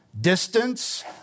distance